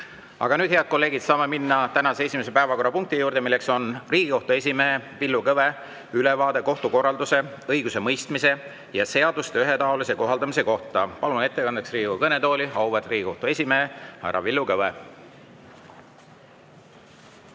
Aga nüüd, head kolleegid, saame minna tänase esimese päevakorrapunkti juurde, milleks on Riigikohtu esimehe Villu Kõve ülevaade kohtukorraldusest, õigusemõistmisest ja seaduste ühetaolisest kohaldamisest. Palun ettekandeks Riigikogu kõnetooli auväärt Riigikohtu esimehe härra Villu Kõve.